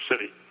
City